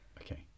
Okay